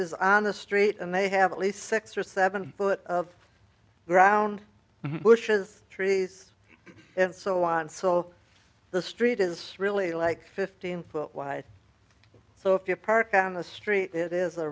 is on the street and they have at least six or seven foot of ground bushes trees and so on so the street is really like fifteen foot wide so if you park on the street it is a